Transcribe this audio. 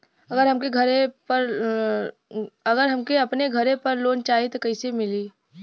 अगर हमके अपने घर पर लोंन चाहीत कईसे मिली?